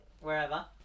wherever